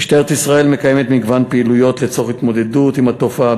משטרת ישראל מקיימת מגוון פעילויות לצורך התמודדות עם התופעה,